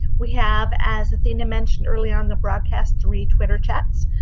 we have, as athena mentioned earlier on the broadcast, three twitter chats.